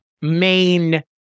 main